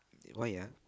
why ah